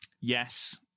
Yes